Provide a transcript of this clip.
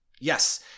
Yes